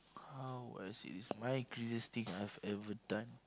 how as it is my craziest thing I've ever done